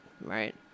right